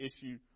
issue